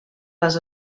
les